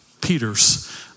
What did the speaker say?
Peter's